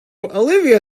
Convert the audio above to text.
olivia